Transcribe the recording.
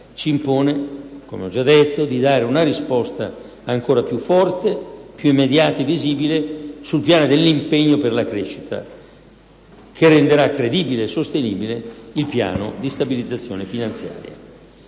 ci impone, come ho già detto, di dare una risposta ancor più forte, immediata e visibile sul piano dell'impegno per la crescita, che renderà credibile e sostenibile il piano di stabilizzazione finanziaria.